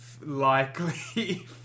likely